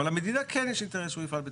אבל למדינה כן יש אינטרס שהוא יפעל בתחומה.